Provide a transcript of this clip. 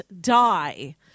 Die